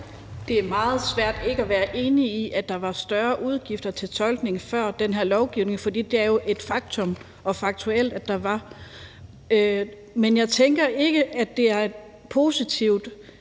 Det er meget svært ikke at være enig i, at der var større udgifter til tolkning før den her lovgivning, for det er jo et faktum, at der var det. Men jeg tænker ikke, at det er positivt,